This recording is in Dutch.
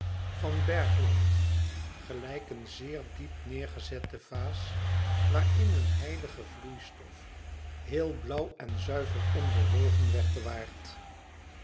van bergland gelijk een zeer diep neêrgezette vaas waarin een heilige vloeistof heel blauw en zuiver onbewogen werd bewaard